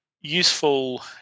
useful